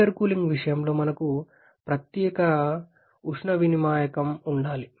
intercooling విషయంలో మనకు ప్రత్యేక ఉష్ణ వినిమాయకంహీట్ ఎక్చేంజర్ ఉండాలి